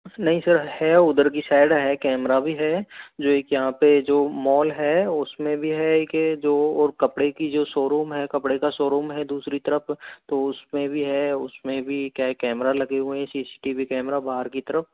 नहीं सर है उधर की साइड है कैमरा भी है जो एक यहाँ पे जो माॅल है उसमें भी है कि जो और कपड़े की जो शौरूम है कपड़े का शौरूम है दूसरी तरफ तो उसमें भी है उसमें भी क्या है कैमरा लगे हुए हैं C C T V camera बाहर की तरफ